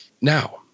Now